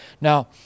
Now